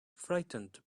frightened